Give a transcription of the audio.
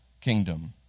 kingdom